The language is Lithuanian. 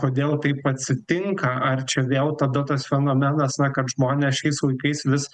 kodėl taip atsitinka ar čia vėl tada tas fenomenas na kad žmonės šiais laikais vis